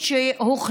להעביר לוועדת החינוך.